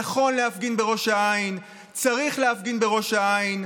נכון להפגין בראש העין,